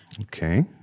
Okay